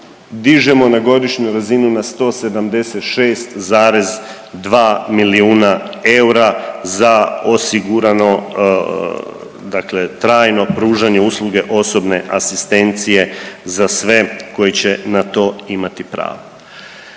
dižemo na godišnju razinu na 176,2 milijuna eura za osigurano, dakle trajno pružanje usluge osobne asistencije za sve koji će na to imati pravo.